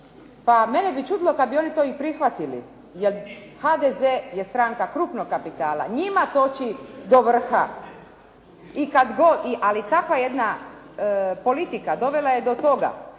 Pa mene bi čudilo kad bi oni to i prihvatili, jer HDZ je stranka krupnog kapitala. Njima toči do vrha. Ali takva jedna politika dovela je do toga